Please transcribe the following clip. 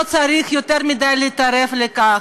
לא צריך יותר מדי להתערב בכך.